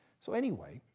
so anyway,